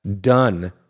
done